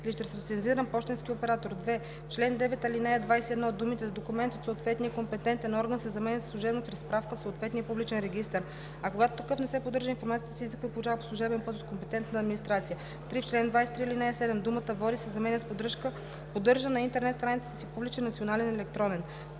чрез лицензиран пощенски оператор.“ 2.В чл. 9, ал. 21 думите „с документ от съответния компетентен орган“ се заменят със „служебно чрез справка в съответния публичен регистър, а когато такъв не се поддържа, информацията се изисква и получава по служебен път от компетентната администрация“. 3.В чл. 23, ал. 7 думата „води“ се заменя с „поддържа на интернет страницата си публичен национален електронен“.